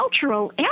cultural